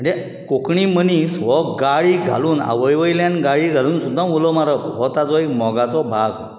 आनी कोंकणी मनीस हो गाळी घालून आवय वयल्यान गाळी घालून सुद्दां उलो मारप हो ताजो एक मोगाचो भाग